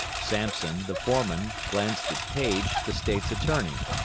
sampson, the foreman, glanced at paige, the state's attorney.